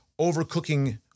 overcooking